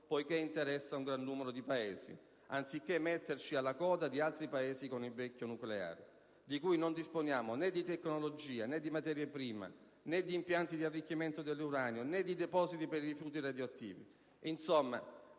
poiché interessa un gran numero di Paesi, anziché metterci alla coda di altri Paesi con il vecchio nucleare, di cui noi disponiamo, né di tecnologia, né di materia prima, né di impianti di arricchimento dell'uranio, né di depositi per i rifiuti radioattivi; insomma,